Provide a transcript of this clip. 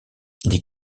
les